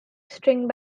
string